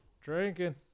Drinking